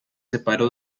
separó